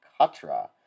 Katra